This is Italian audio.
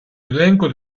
elenco